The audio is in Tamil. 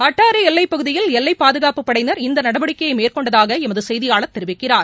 அட்டாரி எல்லைப்பகுதியில் எல்லை பாதுகாப்புப் படையினர் இந்த நடவடிக்கைய மேற்கொண்டதாக எமது செய்தியாளர் தெரிவிக்கிறார்